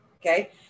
okay